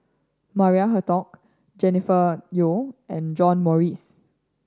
Maria Hertogh Jennifer Yeo and John Morrice